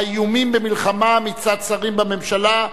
האיומים במלחמה מצד שרים בממשלה,